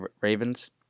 Ravens